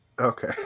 Okay